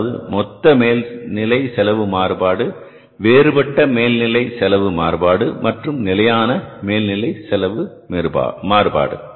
அதாவது மொத்த மேல்நிலை செலவு மாறுபாடு வேறுபட்ட மேல்நிலை செலவு மாறுபாடு மற்றும் நிலையான மேல்நிலை செலவு மாறுபாடு